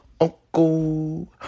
Uncle